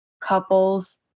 couples